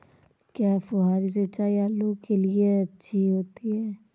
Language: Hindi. क्या फुहारी सिंचाई आलू के लिए अच्छी होती है?